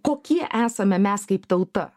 kokie esame mes kaip tauta